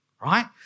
right